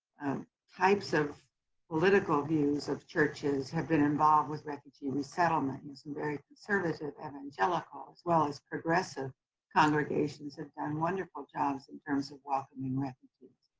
of types of political views of churches have been involved with refugee resettlement. and some very conservative evangelicals, as well as progressive congregations have done wonderful jobs in terms of welcoming refugees.